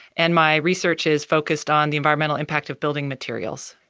and my research is focused on the environmental impact of building materials.